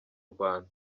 rwanda